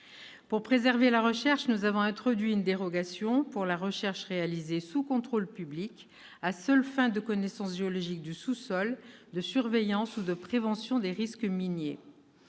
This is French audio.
de préserver la recherche, nous avons introduit une dérogation pour la recherche réalisée sous contrôle public à seules fins de connaissance géologique du sous-sol, de surveillance ou de prévention des risques miniers.